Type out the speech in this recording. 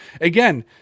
Again